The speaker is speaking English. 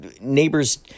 neighbors